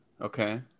okay